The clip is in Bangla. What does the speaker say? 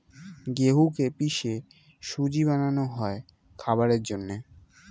গেহুকে পিষে সুজি বানানো হয় খাবারের জন্যে